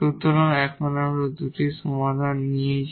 সুতরাং এখানে আমরা এই দুটি সমাধান নিয়েছি